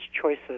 choices